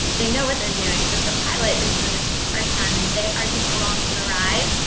they know what they're doing. but the pilot is doing this for the first time, and they are just along for the ride.